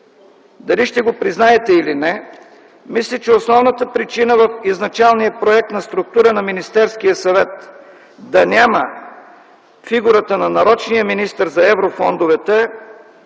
дали ще го признаете или не, мисля, че основната причина в изначалния проект на структура на Министерския съвет да няма фигурата на нарочния министър за еврофондовете,